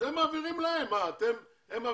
נו באמת.